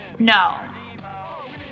No